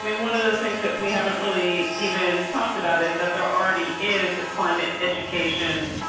one of the things that we haven't really even talked about is that there already is a climate education.